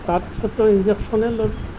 তাৰপিছততো ইঞ্জেকশ্যনেই ল'লোঁ